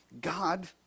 God